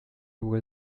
will